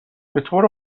بطور